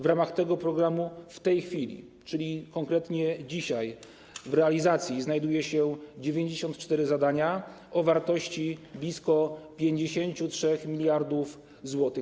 W ramach tego programu w tej chwili, czyli konkretnie dzisiaj, w realizacji znajdują się 94 zadania o wartości blisko 53 mld zł.